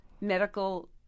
medical